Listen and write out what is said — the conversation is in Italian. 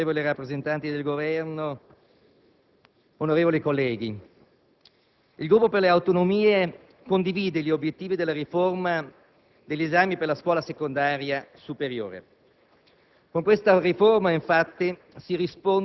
Signor Presidente, onorevoli rappresentanti del Governo, onorevoli colleghi, il Gruppo Per le Autonomie condivide gli obiettivi della riforma degli esami per la scuola secondaria superiore.